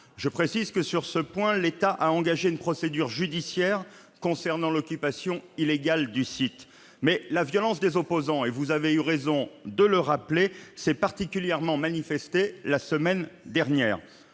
à défendre », ou ZAD. L'État a engagé une procédure judiciaire visant l'occupation illégale du site. La violence des opposants, vous avez eu raison de le rappeler, s'est particulièrement manifestée la semaine dernière.